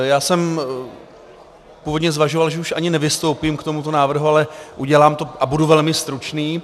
Já jsem původně zvažoval, že už ani nevystoupím k tomuto návrhu, ale udělám to a budu velmi stručný.